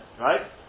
right